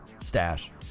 stash